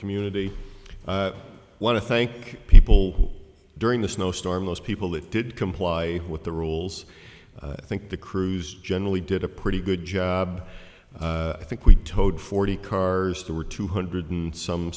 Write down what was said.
community want to thank people during the snowstorm those people that did comply with the rules i think the cruise generally did a pretty good job i think we towed forty cars there were two hundred and some